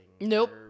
Nope